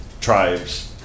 tribes